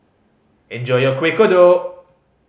enjoy your Kueh Kodok